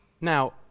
Now